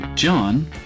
John